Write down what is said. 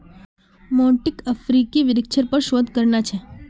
मोंटीक अफ्रीकी वृक्षेर पर शोध करना छ